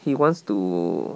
he wants to